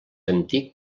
antic